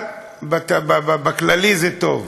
אבל בכללי זה טוב.